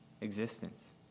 existence